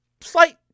Slight